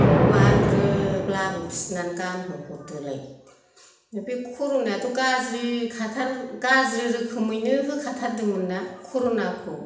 बेखौ आर ग्रोब लाबोफिन्नानै गानहोहरदोलाय बे कर'नायाथ' गाज्रिखाथार गाज्रि रोखोमैनो होखाथारदोंमोन्ना कर'नाखौ